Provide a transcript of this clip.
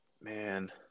Man